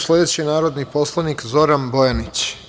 Sledeći je narodni poslanik Zoran Bojanić.